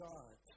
God